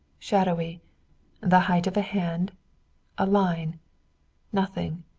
shadowy the height of a hand a line nothing.